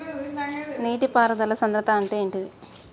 నీటి పారుదల సంద్రతా అంటే ఏంటిది?